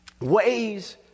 ways